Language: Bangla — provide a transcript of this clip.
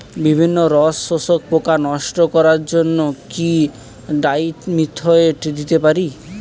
বিভিন্ন রস শোষক পোকা নষ্ট করার জন্য কি ডাইমিথোয়েট দিতে পারি?